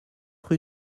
rue